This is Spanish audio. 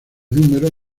números